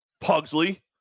Pugsley